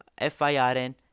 FIRN